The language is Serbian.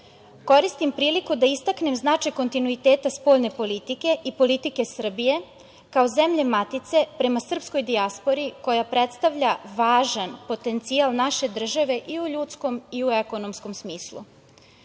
priliku da istaknem značaj kontinuiteta spoljne politike i politike Srbije kao zemlje matice prema srpskoj dijaspori koja predstavlja važan potencijal naše države i u ljudskom i u ekonomskom smislu.